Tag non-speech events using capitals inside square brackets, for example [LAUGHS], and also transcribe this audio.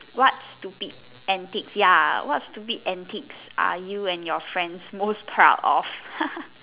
what stupid antics ya what stupid antics are you and your friends most proud of [LAUGHS]